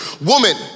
Woman